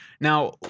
Now